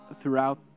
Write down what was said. throughout